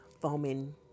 foaming